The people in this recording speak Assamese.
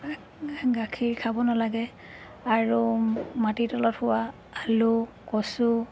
গাখীৰ খাব নালাগে আৰু মাটিৰ তলত হোৱা আলু কচু